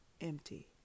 empty